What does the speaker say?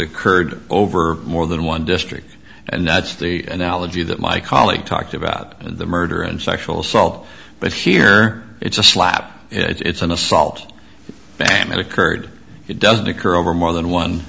occurred over more than one district and that's the analogy that my colleague talked about the murder and sexual assault but here it's a slap it's an assault ban that occurred it doesn't occur over more than one